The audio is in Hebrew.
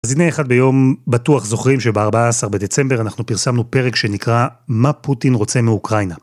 אז הנה אחד ביום בטוח זוכרים שב-14 בדצמבר אנחנו פרסמנו פרק שנקרא מה פוטין רוצה מאוקראינה.